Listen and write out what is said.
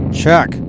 check